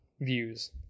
views